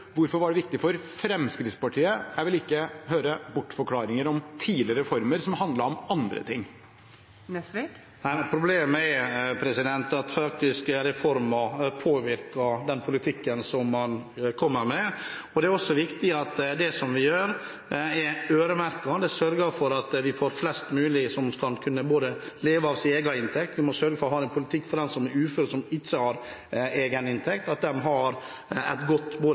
hvorfor det var viktig for Fremskrittspartiet – jeg vil ikke høre bortforklaringer om tidligere reformer som handlet om andre ting. Problemet er at reformer faktisk påvirker den politikken man kommer med, og det er også viktig at det vi gjør, er øremerket. Det sørger for at flest mulig kan leve av sin egen inntekt. Vi må sørge for å ha en politikk for dem som er uføre og som ikke har egen inntekt, at de har et godt